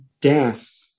Death